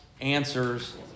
answers